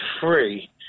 free